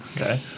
Okay